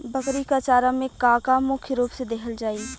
बकरी क चारा में का का मुख्य रूप से देहल जाई?